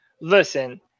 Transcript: listen